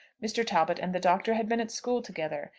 mr. talbot and the doctor had been at school together,